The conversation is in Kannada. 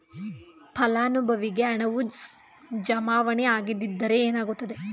ಫಲಾನುಭವಿಗೆ ಹಣವು ಜಮಾವಣೆ ಆಗದಿದ್ದರೆ ಏನಾಗುತ್ತದೆ?